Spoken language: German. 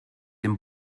dem